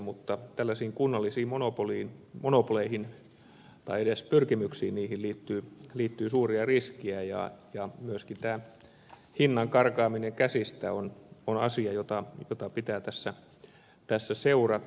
mutta tällaisiin kunnallisiin monopoleihin tai edes pyrkimyksiin niitä kohtaan liittyy suuria riskejä ja myöskin hinnan karkaaminen käsistä on asia jota pitää tässä seurata